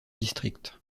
district